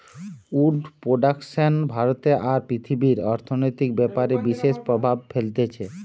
would production ভারতে আর পৃথিবীর অর্থনৈতিক ব্যাপারে বিশেষ প্রভাব ফেলতিছে